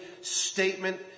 statement